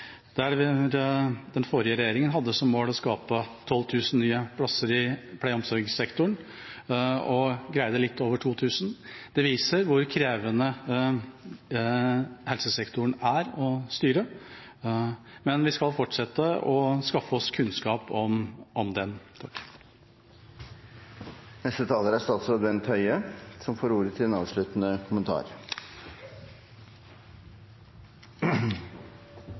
der den forrige regjeringa hadde som mål å skape 12 000 nye plasser i helse- og omsorgssektoren og greide litt over 2 000. Det viser hvor krevende helsesektoren er å styre, men vi skal fortsette å skaffe oss kunnskap om den. Det er tre sentrale temaer som har vært oppe i diskusjonen. Jeg skal komme tilbake til